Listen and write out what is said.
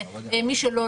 ומי שלא,